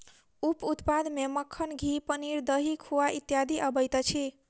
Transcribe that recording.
उप उत्पाद मे मक्खन, घी, पनीर, दही, खोआ इत्यादि अबैत अछि